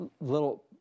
little